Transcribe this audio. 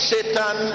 Satan